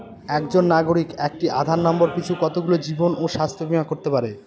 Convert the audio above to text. একজন নাগরিক একটি আধার নম্বর পিছু কতগুলি জীবন ও স্বাস্থ্য বীমা করতে পারে?